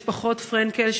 משפחות פרנקל,